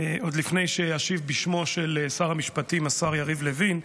עוד לפני שאשיב בשמו של שר המשפטים השר יריב לוין,